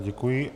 Děkuji.